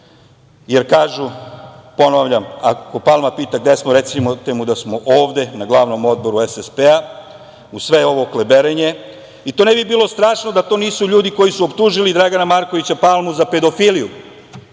jer kažu, ponavljam – ako Palma pita gde smo, recite mu da smo ovde na glavnom odboru SSP-a, uz sve ovo kliberenje. To ne bi bilo strašno da to nisu ljudi koji su optužili Dragana Markovića Palmu za pedofiliju,